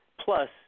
Plus